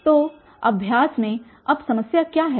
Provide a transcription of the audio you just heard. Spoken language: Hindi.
तो अभ्यास में अब समस्या क्या है